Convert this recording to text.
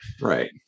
right